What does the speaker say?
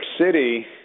City